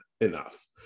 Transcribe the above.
enough